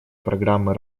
программы